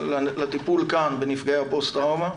לטיפול כאן בנפגעי הפוסט טראומה.